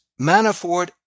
Manafort